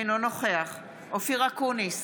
אינו נוכח אופיר אקוניס,